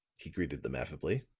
he greeted them affably.